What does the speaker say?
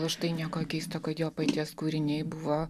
užtai nieko keisto kad jo paties kūriniai buvo